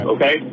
Okay